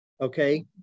okay